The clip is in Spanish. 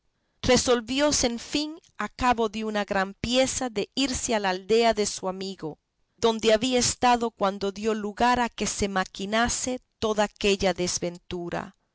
resolvióse en fin a cabo de una gran pieza de irse a la aldea de su amigo donde había estado cuando dio lugar a que se maquinase toda aquella desventura